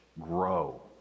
grow